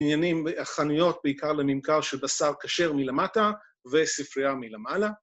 עניינים, חנויות בעיקר לממכר של בשר כשר מלמטה וספרייה מלמעלה.